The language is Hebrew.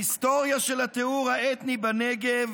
ההיסטוריה של הטיהור האתני בנגב